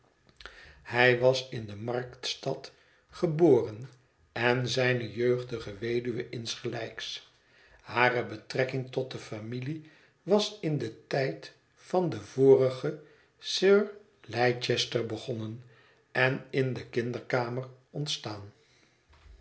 hij was in de marktstad geboren en zijne jeugdige weduwe insgelijks hare betrekking tot de familie was in den tijd van den vorigen sir leicester begonnen en in de kinderkamer ontstaan